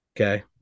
Okay